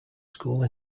school